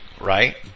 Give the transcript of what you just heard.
right